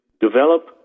develop